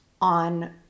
on